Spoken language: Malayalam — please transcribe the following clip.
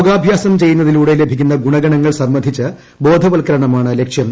യോഗാഭ്യാസം ചെയ്യുന്നതിലൂടെ ലഭിക്കുന്ന ഗുണഗണങ്ങൾ സംബന്ധിച്ച് ബോധവത്ക്കരണമാണ് ലക്ഷ്യം